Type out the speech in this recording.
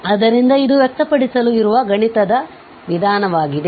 ಆದ್ದರಿಂದ ಇದು ವ್ಯಕ್ತಪಡಿಸಲು ಇರುವ ಗಣಿತದ ವಿಧಾನವಾಗಿದೆ